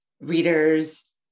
readers